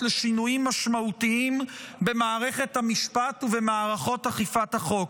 לשינויים משמעותיים במערכת המשפט ובמערכות אכיפת החוק.